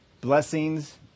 blessings